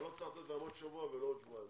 אני לא צריך לתת להם עוד שבוע ולא עוד זמן.